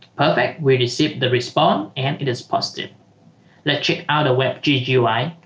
perfect we receive the respond and it is positive let's check out a web gui gui